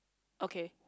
okay